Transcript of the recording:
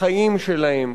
בחיים שלהם,